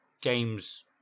games